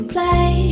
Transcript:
play